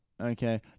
Okay